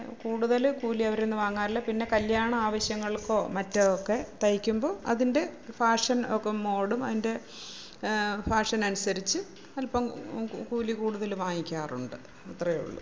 കൂടുതൽ കൂലി അവരുടെയിൽനിന്ന് വാങ്ങാറില്ല പിന്നെ കല്യാണ ആവശ്യങ്ങൾക്കോ മറ്റോ ഒക്കെ തയ്ക്കുമ്പോൾ അതിൻ്റെ ഫാഷൻ ഒക്കെ മോഡും അതിൻ്റെ ഫാഷൻ അനുസരിച്ച് അൽപ്പം കൂലി കൂടുതൽ വാങ്ങിക്കാറുണ്ട് അത്രയേ ഉള്ളു